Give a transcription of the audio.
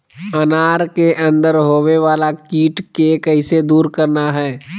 अनार के अंदर होवे वाला कीट के कैसे दूर करना है?